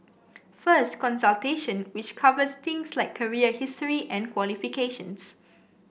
first consultation which covers things like career history and qualifications